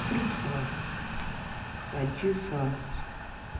ترٕٛہ ساس ژَتجی ساس